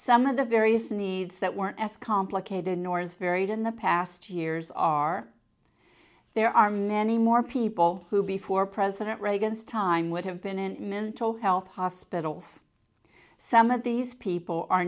some of the various needs that weren't as complicated nor as varied in the past years are there are many more people who before president reagan's time would have been in mental health hospitals some of these people are